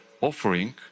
offering